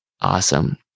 Awesome